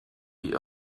die